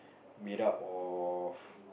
made up of